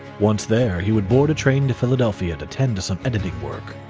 once there, he would board a train to philadelphia to tend to some editing work.